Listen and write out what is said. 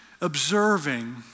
observing